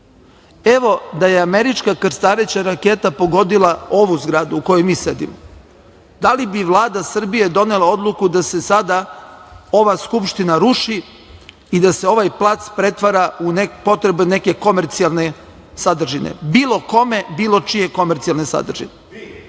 Evo, da je američka krstareća raketa pogodila zgradu u kojoj mi sedimo, da li bi Vlada Srbije donela odluku da se sada ova Skupština ruši i da se ovaj plac pretvara u potrebe neke komercijalne sadržine, bilo kome, bilo čije komercijalne sadržine?